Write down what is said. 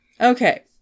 Okay